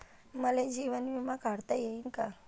मले जीवन बिमा काढता येईन का?